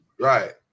Right